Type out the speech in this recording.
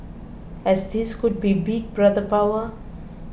as this could be Big Brother power